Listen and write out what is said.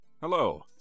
Hello